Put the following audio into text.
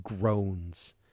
groans